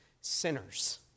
sinners